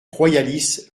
royaliste